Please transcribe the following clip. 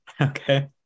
Okay